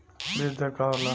बीज दर का होला?